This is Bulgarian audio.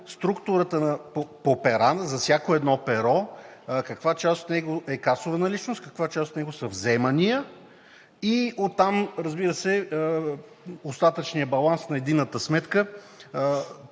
структурата по пера. Но за всяко едно перо каква част от него е касова наличност, каква част от него са вземания и оттам, разбира се, остатъчният баланс на единната сметка,